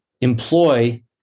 employ